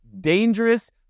dangerous